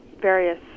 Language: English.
various